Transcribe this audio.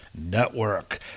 Network